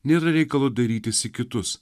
nėra reikalo dairytis į kitus